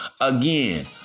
again